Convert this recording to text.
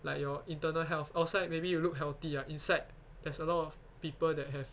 like your internal health outside maybe you look healthy ah inside there's a lot of people that have